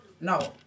No